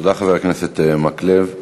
תודה, חבר הכנסת מקלב.